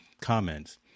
comments